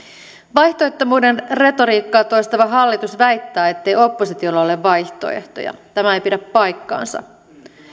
vaihtoehdottomuuden retoriikkaa toistava hallitus väittää ettei oppositiolla ole vaihtoehtoja tämä ei pidä paikkaansa